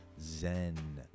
Zen